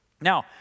Now